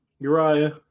Uriah